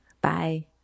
Bye